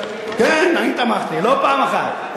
תמכתי, לא פעם אחת.